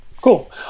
Cool